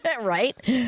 right